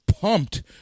pumped